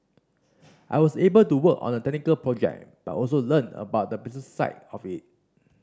I was able to work on a technical project but also learn about the business side of it